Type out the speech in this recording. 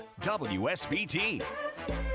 WSBT